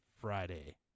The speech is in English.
Friday